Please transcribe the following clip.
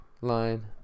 line